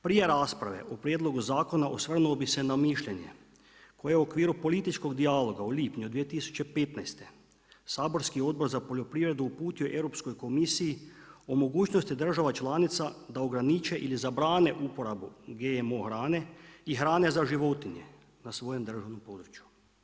Prije rasprave o prijedlogu zakona osvrnuo bih se na mišljenje koje u okviru političkog dijaloga u lipnju 2015. saborski Odbor za poljoprivredu uputio je Europskoj komisiji o mogućnosti država članica da ograniče ili zabrane uporabu GMO hrane i hrane za životinje na svojem državnom području.